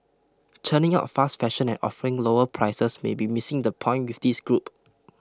churning out fast fashion and offering lower prices may be missing the point with this group